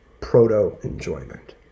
proto-enjoyment